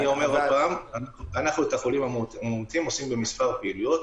אני אומר עוד פעם: על חולים המאומתים אנחנו עושים מספר פעילויות.